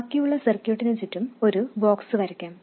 ബാക്കിയുള്ള സർക്യൂട്ടിന് ചുറ്റും ഒരു ബോക്സ് വരയ്ക്കാം